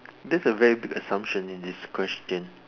that's a very big assumption in this questions